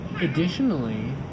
additionally